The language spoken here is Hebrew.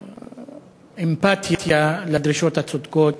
ואמפתיה לדרישות הצודקות